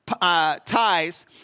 ties